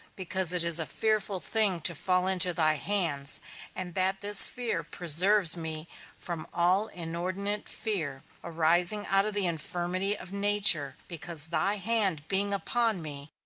because it is a fearful thing to fall into thy hands and that this fear preserves me from all inordinate fear, arising out of the infirmity of nature, because thy hand being upon me,